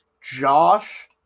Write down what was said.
Josh